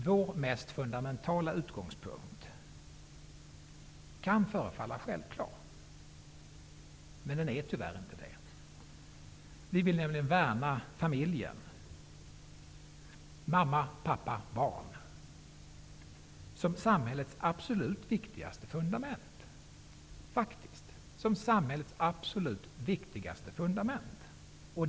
Vår mest fundamentala utgångspunkt kan förefalla självklar, men den är tyvärr inte det. Vi vill nämligen värna familjen -- mamma, pappa och barn -- som samhällets absolut viktigaste fundament.